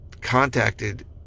contacted